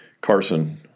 Carson